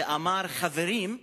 שאמר: חברים,